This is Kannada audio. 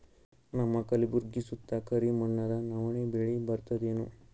ನಮ್ಮ ಕಲ್ಬುರ್ಗಿ ಸುತ್ತ ಕರಿ ಮಣ್ಣದ ನವಣಿ ಬೇಳಿ ಬರ್ತದೇನು?